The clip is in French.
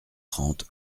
trente